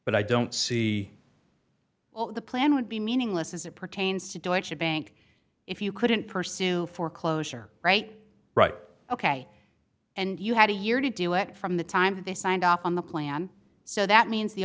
but i don't see well the plan would be meaningless as it pertains to door should bank if you couldn't pursue foreclosure right right ok and you had a year to do it from the time they signed off on the plan so that means the